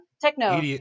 techno